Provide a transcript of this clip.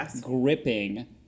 gripping